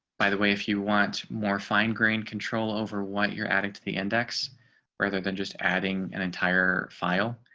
by the way, if you want more fine grained control over what you're adding to the index rather than just adding an entire file,